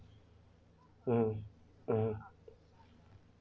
um um